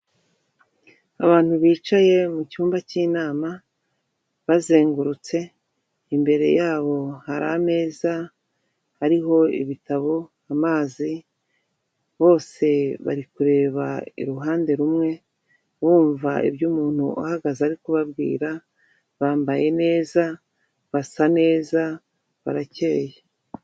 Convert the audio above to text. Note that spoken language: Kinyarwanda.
Abantu bicaye mu cyumba cy'inama bazengurutse, imbere yabo hari ameza hariho ibitabo, amazi, bose bari kureba i ruhande rumwe, bumva ibyo umuntu uhagaze ari kubabwira, bambaye neza, basa neza, barakeye.